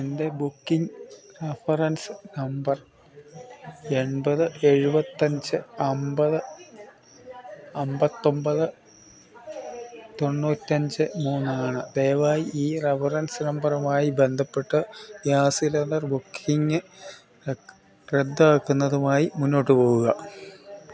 എൻറ്റെ booking reference number എൺപത് എഴുപത്തിയഞ്ച് അമ്പത് അമ്പത്തിയൊമ്പത് തൊണ്ണൂറ്റിയഞ്ച് മൂന്നാണ് ദയവായി ഈ റഫറൻസ് നമ്പറുമായി ബന്ധപ്പെട്ട ഗ്യാസ് സിലിണ്ടർ ബുക്കിങ്ങ് റദ്ദാക്കുന്നതുമായി മുന്നോട്ടുപോകുക